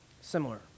Similar